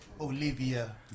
Olivia